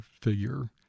figure